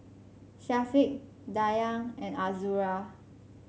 Syafiq Dayang and Azura